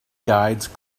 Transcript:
guides